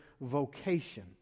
vocation